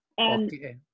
Okay